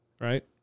Right